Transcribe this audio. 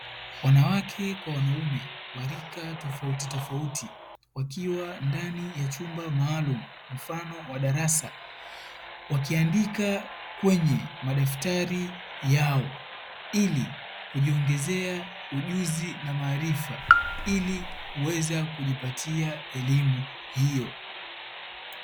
Wanawake kwa wanaume wa rika tofautitofauti wakiwa ndani ya chumba maalumu mfano wa darasa, wakiandika kwenye madaftari yao ili kujiongezea ujuzi na maarifa ili kuweza kujipatia elimu hiyo.